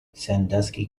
sandusky